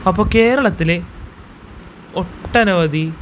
അപ്പോൾ കേരളത്തിലെ ഒട്ടനവധി